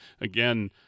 again